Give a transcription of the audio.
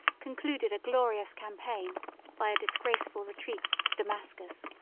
concluded a glorious campaign by a disgraceful retreat to damascus.